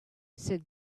said